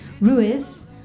Ruiz